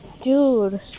dude